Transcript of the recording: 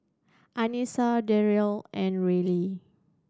Anissa Darrien and Rylie